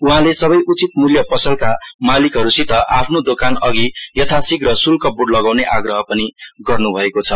उहाँले सबै उचित मूल्य पसलका मालिकहरूसित आफ्नो दोकानअघि यथाशिघ्र श्ल्क बोर्ड लगाउने आग्रह पनि गर्न्भएको छ